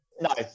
No